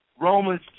Romans